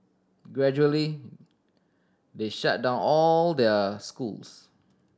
gradually they shut down all their schools